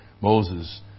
Moses